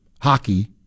hockey